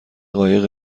قایق